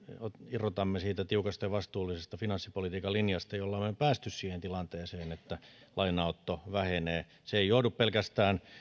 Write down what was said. irrotamme siitä tiukasta ja vastuullisesta finanssipolitiikan linjasta jolla me olemme päässet siihen tilanteeseen että lainanotto vähenee se ei johdu pelkästään